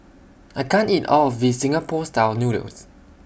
I can't eat All of This Singapore Style Noodles